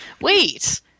wait